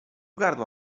gardła